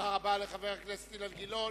תודה לחבר הכנסת אילן גילאון.